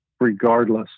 regardless